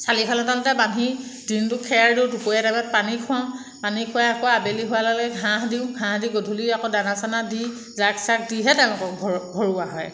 চলিখনৰ তলতে বান্ধি দিনটো খেৰ দিওঁ দুপৰীয়া টাইমত পানী খোৱাওঁ পানী খুৱাই আকৌ আবেলি হোৱাৰ লগে লগে ঘাঁহ দিওঁ ঘাঁহ দি গধূলি আকৌ দানা চানা দি যাগ চাগ দিহে তেওঁলোকক ভৰ ভৰোৱা হয়